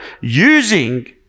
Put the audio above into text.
using